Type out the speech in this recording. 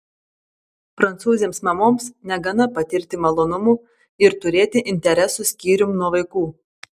prancūzėms mamoms negana patirti malonumų ir turėti interesų skyrium nuo vaikų